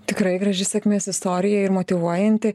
tikrai graži sėkmės istorija ir motyvuojanti